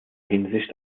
hinsicht